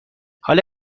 حالا